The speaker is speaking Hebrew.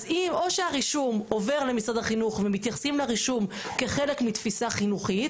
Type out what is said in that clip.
אז או שהרישום עובר למשרד החינוך ומתייחסים לרישום כחלק מתפיסה חינוכית,